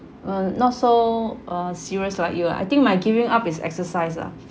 um not so uh serious like you ah I think my giving up is exercise lah